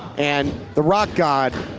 and the rock god